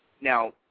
now